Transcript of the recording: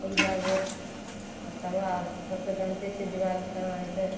तऽ ई भए गेल तब वएह सब तऽ जानिते छियै दीवाली केना होइ छै